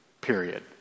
period